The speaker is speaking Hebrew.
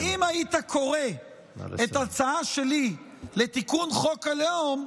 ואם היית קורא את ההצעה שלי לתיקון חוק הלאום,